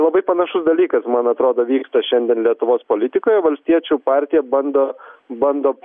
labai panašus dalykas man atrodo vyktų šiandien lietuvos politikoje valstiečių partija bando bando